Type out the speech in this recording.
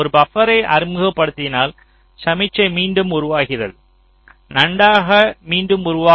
ஒரு பபர்ரை அறிமுகப்படுத்தினால் சமிக்ஞையை மீண்டும் உருவாகிறது நன்றாக மீண்டும் உருவாகும்